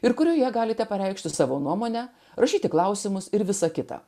ir kurioje galite pareikšti savo nuomonę rašyti klausimus ir visą kitą